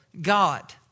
God